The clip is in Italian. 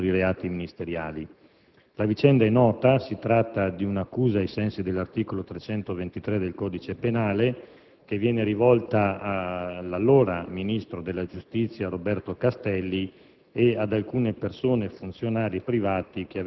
dell'autorità giudiziaria, in particolare dal Collegio per i reati ministeriali. La vicenda è nota: si tratta di un'accusa, ai sensi dell'articolo 323 del codice penale, che viene rivolta all'allora ministro della giustizia Roberto Castelli